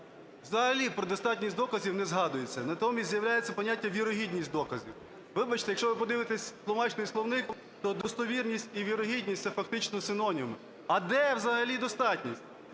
Взагалі про достатність доказів не згадується, натомість з'являється поняття "вірогідність доказів". Вибачте, якщо ви подивитесь тлумачний словник, то "достовірність" і "вірогідність" – це фактично синоніми. А де взагалі "достатність",